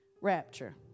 rapture